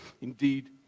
Indeed